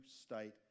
state